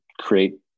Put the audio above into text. create